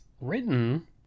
written